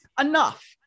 Enough